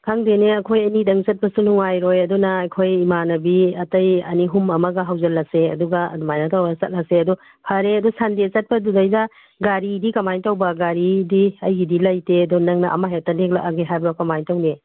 ꯈꯪꯗꯦꯅꯦ ꯑꯩꯈꯣꯏ ꯑꯅꯤꯗꯪ ꯆꯠꯄꯁꯨ ꯅꯨꯡꯉꯥꯏꯔꯣꯏ ꯑꯗꯨꯅ ꯑꯩꯈꯣꯏ ꯏꯃꯥꯅꯕꯤ ꯑꯇꯩ ꯑꯅꯤꯍꯨꯝ ꯑꯃꯒ ꯍꯧꯖꯤꯜꯂꯁꯦ ꯑꯗꯨꯒ ꯑꯗꯨꯃꯥꯏꯅ ꯇꯧꯔꯒ ꯆꯠꯂꯁꯦ ꯑꯗꯣ ꯐꯔꯦ ꯑꯗꯨ ꯁꯟꯗꯦ ꯆꯠꯄꯗꯨꯗꯩꯗ ꯒꯥꯔꯤꯗꯤ ꯀꯃꯥꯏꯅ ꯇꯧꯕ ꯒꯥꯔꯤꯗꯤ ꯑꯩꯒꯤꯗꯤ ꯂꯩꯇꯦ ꯑꯗꯨ ꯅꯪꯅ ꯑꯃ ꯍꯦꯛꯇ ꯅꯦꯛꯂꯛꯂꯒꯦ ꯍꯥꯏꯕ꯭ꯔꯣ ꯀꯃꯥꯏꯅ ꯇꯧꯅꯤ